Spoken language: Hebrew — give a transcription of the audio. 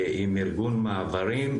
עם ארגון מעברים,